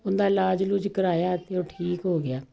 ਉਹਦਾ ਇਲਾਜ ਇਲੂਜ ਕਰਵਾਇਆ ਅਤੇ ਉਹ ਠੀਕ ਹੋ ਗਿਆ